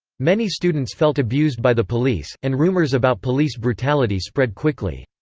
many students felt abused by the police, and rumours about police brutality spread quickly.